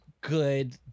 good